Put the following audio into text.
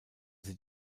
sie